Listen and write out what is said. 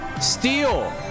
steal